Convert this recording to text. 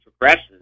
progresses